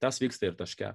tas vyksta ir taške